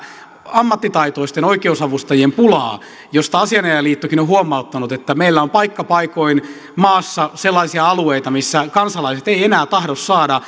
ammattitaitoisten oikeusavustajien pulaa mistä asianajajaliittokin on huomauttanut että meillä on paikka paikoin maassa sellaisia alueita missä kansalaiset eivät enää tahdo saada